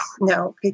no